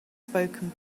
spoken